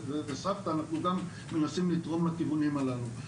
וסבתא אנחנו גם מנסים לתרום לכיוונים הללו.